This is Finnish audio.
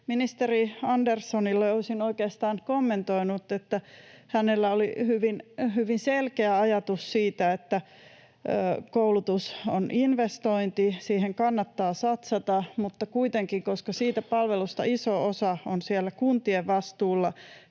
Ministeri Anderssonille olisin oikeastaan kommentoinut, kun hänellä oli hyvin selkeä ajatus siitä, että koulutus on investointi ja siihen kannattaa satsata — mutta koska siitä palvelusta iso osa on siellä kuntien vastuulla